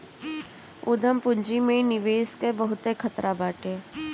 उद्यम पूंजी में निवेश कअ बहुते खतरा बाटे